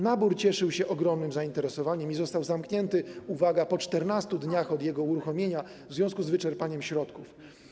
Nabór cieszył się ogromnym zainteresowaniem i został zamknięty, uwaga, po 14 dniach od jego uruchomienia w związku z wyczerpaniem środków.